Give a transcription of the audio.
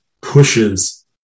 pushes